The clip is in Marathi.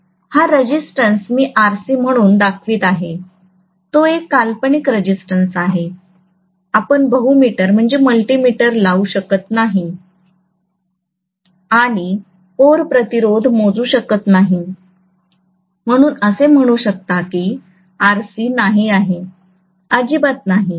हा रेजिस्टन्स मी RC म्हणून दाखवित आहे तो एक काल्पनिक रेजिस्टन्स आहे आपण बहु मीटर लावू शकत नाही आणि कोर प्रतिरोध मोजू शकत नाही आणि असे म्हणू शकता की RC नाही आहे अजिबात नाही